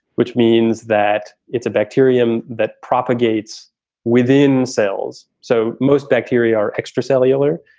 which means that it's a bacterium that propagates within cells. so most bacteria are extracellular,